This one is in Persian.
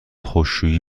خشکشویی